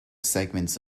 segments